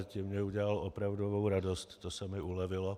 Tím mně udělal opravdovou radost, to se mi ulevilo.